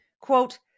Quote